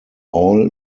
all